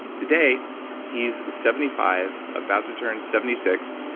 today he's seventy five, about to turn seventy six,